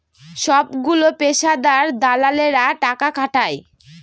সবগুলো পেশাদার দালালেরা টাকা খাটায়